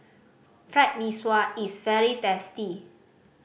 Fried Mee Sua is very tasty